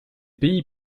pays